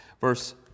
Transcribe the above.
Verse